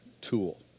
tool